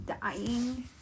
dying